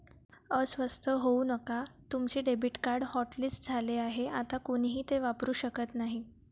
अस्वस्थ होऊ नका तुमचे डेबिट कार्ड हॉटलिस्ट झाले आहे आता कोणीही ते वापरू शकत नाही